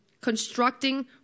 constructing